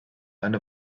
eine